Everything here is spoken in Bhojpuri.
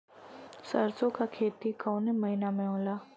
सरसों का खेती कवने महीना में होला?